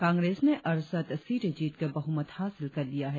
कांग्रेस ने अड़सठ सीटे जीतकर बहुमत हासिल कर लिया है